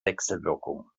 wechselwirkung